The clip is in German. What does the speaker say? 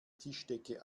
tischdecke